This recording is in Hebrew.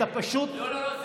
אתה פשוט, לא, לא, לא.